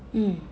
mm